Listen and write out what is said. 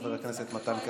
חבר הכנסת מתן כהנא,